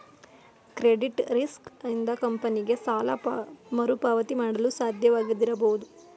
credit risk ಇಂದ ಕಂಪನಿಗೆ ಸಾಲ ಮರುಪಾವತಿ ಮಾಡಲು ಸಾಧ್ಯವಾಗದಿರಬಹುದು